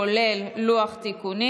כולל לוח תיקונים.